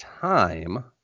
time